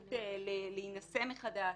הזכות להינשא מחדש,